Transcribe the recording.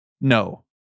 no